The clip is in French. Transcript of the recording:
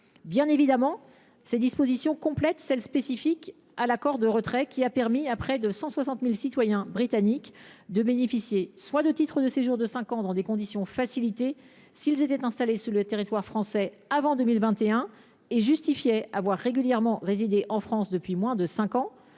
Bien évidemment, ces dispositions complètent les mesures spécifiques à l’accord de retrait, qui a permis à près de 160 000 citoyens britanniques de bénéficier soit de titres de séjour de cinq ans dans des conditions facilitées, s’ils étaient installés sur le territoire français avant 2021 et justifiaient avoir régulièrement résidé en France depuis moins de cinq ans,